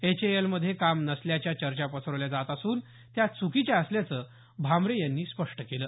H A L मध्ये काम नसल्याच्या चर्चा पसरवल्या जात असून त्या च्कीच्या असल्याचं भामरे यांनी स्पष्ट केलं